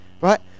Right